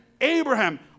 Abraham